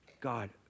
God